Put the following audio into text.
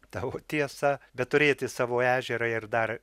tavo tiesa bet turėti savo ežerą ir dar